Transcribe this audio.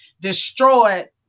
destroyed